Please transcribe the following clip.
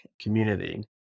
community